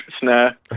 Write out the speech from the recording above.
snare